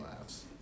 laughs